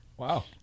Wow